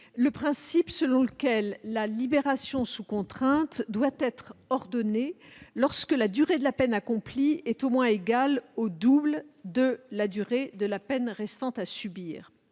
le principe selon lequel la libération sous contrainte doit être ordonnée lorsque la durée de la peine accomplie est au moins égale au double de la durée de la peine restant à subir-